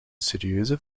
serieuze